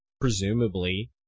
presumably